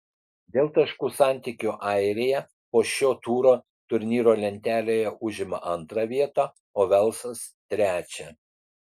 dėl taškų santykio airija po šio turo turnyro lentelėje užima antrą vietą o velsas trečią